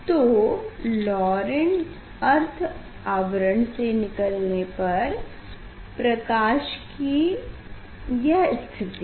तो लॉरेंट अर्ध आवरण से निकलने पर प्रकाश की यह स्थिति है